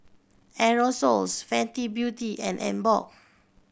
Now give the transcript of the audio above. Aerosoles Fenty Beauty and Emborg